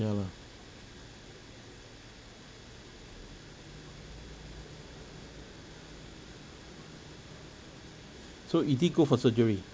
ya lah so easy go for surgery